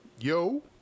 Yo